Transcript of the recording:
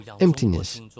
Emptiness